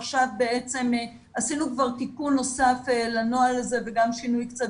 אנחנו עכשיו עשינו תיקון נוסף לנוהל הזה וגם שינוי קצת